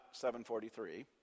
743